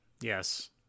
Yes